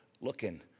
looking